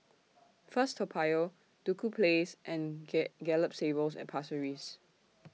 First Toa Payoh Duku Place and Gay Gallop Stables At Pasir Ris